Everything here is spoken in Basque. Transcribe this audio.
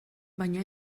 baina